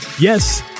yes